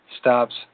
stops